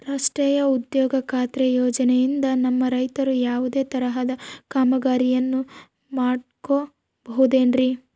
ರಾಷ್ಟ್ರೇಯ ಉದ್ಯೋಗ ಖಾತ್ರಿ ಯೋಜನೆಯಿಂದ ನಮ್ಮ ರೈತರು ಯಾವುದೇ ತರಹದ ಕಾಮಗಾರಿಯನ್ನು ಮಾಡ್ಕೋಬಹುದ್ರಿ?